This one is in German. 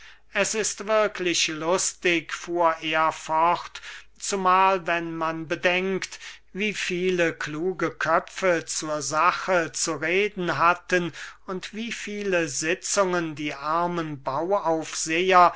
es ist wirklich lustig fuhr er fort zumahl wenn man bedenkt wie viele kluge köpfe zur sache zu reden hatten und wie viele sitzungen die armen bauaufseher